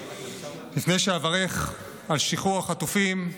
לפני שאברך על שחרור החטופים,